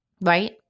Right